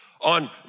on